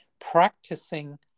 practicing